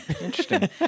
Interesting